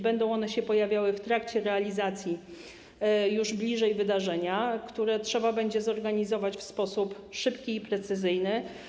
Będą one się pojawiały w trakcie realizacji, już bliżej wydarzenia, które trzeba będzie zorganizować w sposób szybki i precyzyjny.